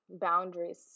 boundaries